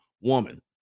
woman